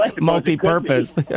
multi-purpose